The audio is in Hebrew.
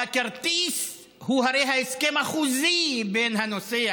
והרי הכרטיס הוא ההסכם החוזי בין הנוסע,